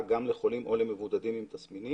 גם לחולים או למבודדים עם תסמינים.